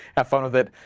have fun with it,